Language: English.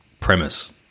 premise